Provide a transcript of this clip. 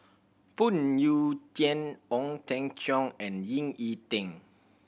Phoon Yew Tien Ong Teng Cheong and Ying E Ding